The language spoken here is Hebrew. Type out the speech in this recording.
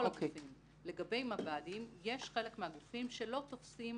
לגבי מב"דים יש חלק מהגופים שלא תופסים